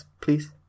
please